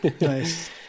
Nice